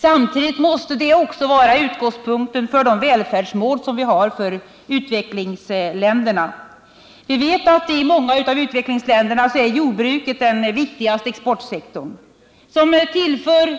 Samtidigt måste det också vara utgångspunkten för välfärdsmålen i utvecklingsländerna. Vi vet att i många av utvecklingsländerna är jordbruket den viktigaste exportsektorn, den som tillför